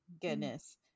Goodness